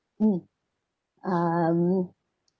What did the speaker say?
mm um